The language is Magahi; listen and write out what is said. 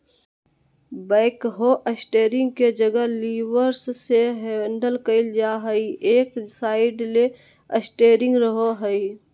बैकहो स्टेरिंग के जगह लीवर्स से हैंडल कइल जा हइ, एक साइड ले स्टेयरिंग रहो हइ